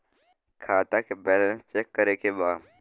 खाता का balance check करे के बा?